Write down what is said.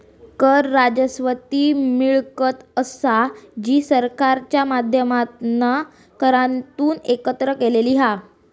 कर राजस्व ती मिळकत असा जी सरकारच्या माध्यमातना करांतून एकत्र केलेली हा